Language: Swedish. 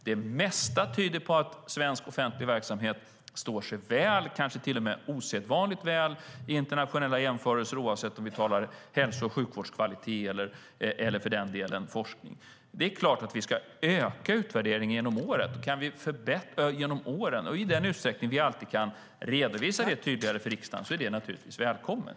Det mesta tyder på att svensk offentlig verksamhet står sig väl, kanske till och med osedvanligt väl, i internationella jämförelser oavsett om vi talar om hälso och sjukvårdskvalitet eller för den delen forskning. Det är klart att vi ska öka utvärderingen genom åren. I den utsträckning vi alltid kan redovisa det för riksdagen är det naturligtvis välkommet.